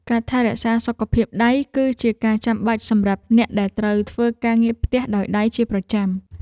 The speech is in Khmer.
ការថែរក្សាសុខភាពដៃ គឺជាការចាំបាច់សម្រាប់អ្នកដែលត្រូវធ្វើការងារផ្ទះដោយដៃជាប្រចាំ។